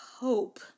hope